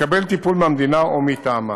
לקבל טיפול מהמדינה או מטעמה.